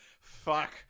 Fuck